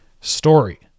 story